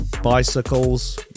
Bicycles